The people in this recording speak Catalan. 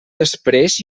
després